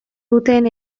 duten